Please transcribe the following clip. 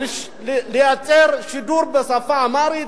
לייצר שידור בשפה האמהרית,